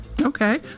Okay